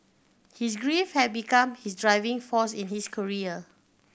his grief had become his driving force in his career